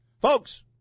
Folks